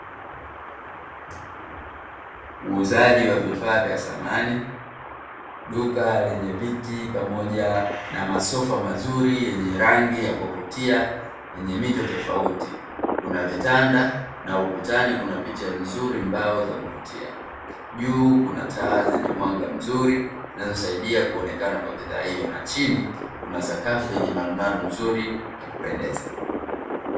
Uuzaji wa vifaa vya samani duka lenyeviti pamoja na masofa mazuri yenye rangi ya kuvutia yenye mito tofauti. Kuna vitanda na ukutani kuna picha nzuri mbao za kuvutia, juu kuna taa zenye mwanga mzuri ninazosaidia kuonekana kwa bidhaa hiyo, na chini kuna sakafu yenye marumaru nzuri ya kupendeza